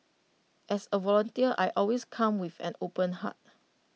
as A volunteer I always come with an open heart